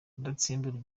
rudatsimburwa